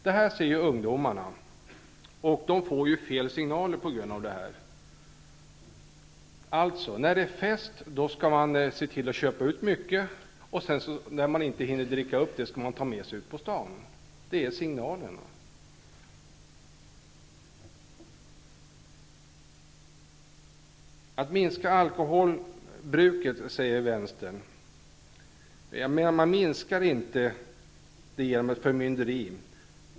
Det här ser ungdomarna och får därigenom fel signaler. Alltså: När det är fest skall man se till att köpa ut mycket, och det som man inte hinner dricka upp tar man med sig ut på stan. Sådan är signalen. Vänstern säger att man skall minska alkoholbruket. Men det minskas inte genom förmynderi.